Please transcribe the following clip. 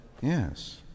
Yes